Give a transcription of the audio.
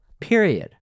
period